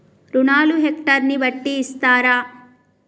రుణాలు హెక్టర్ ని బట్టి ఇస్తారా?